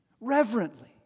reverently